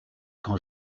quand